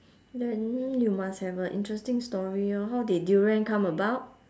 then you must have a interesting story orh how did durian come about